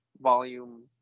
Volume